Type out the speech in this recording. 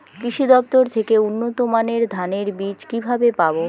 কৃষি দফতর থেকে উন্নত মানের ধানের বীজ কিভাবে পাব?